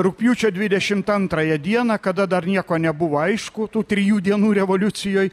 rugpjūčio dvidešimt antrąją dieną kada dar nieko nebuvo aišku tų trijų dienų revoliucijoj